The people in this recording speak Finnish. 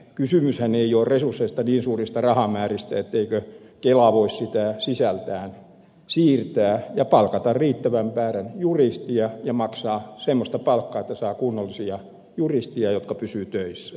kysymyshän ei ole resursseista niin suurista rahamääristä etteikö kela voisi niitä sisältään siirtää ja palkata riittävää määrää juristeja ja maksaa semmoista palkkaa että saa kunnollisia juristeja jotka pysyvät töissä